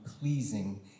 pleasing